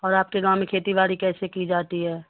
اور آپ کے گاؤں میں کھیتی باڑی کیسے کی جاتی ہے